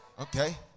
Okay